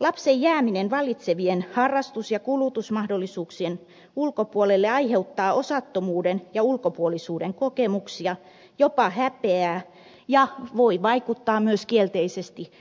lapsen jääminen vallitsevien harrastus ja kulutusmahdollisuuksien ulkopuolelle aiheuttaa osattomuuden ja ulkopuolisuuden kokemuksia jopa häpeää ja voi vaikuttaa myös kielteisesti